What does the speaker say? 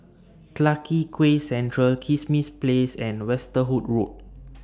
Clarke Quay Central Kismis Place and Westerhout Road